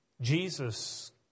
Jesus